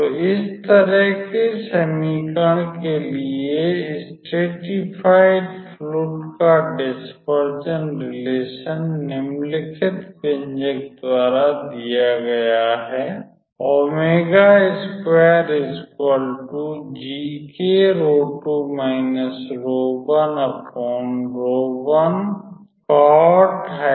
तो इस तरह के समीकरण के लिए स्ट्रेटिफाइड फ्लुइड का डिस्पर्जन रिलेशन निम्नलिखित व्यंजक द्वारा दिया गया है